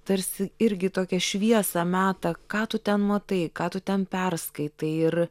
tarsi irgi tokią šviesą meta ką tu ten matai ką tu ten perskaitai ir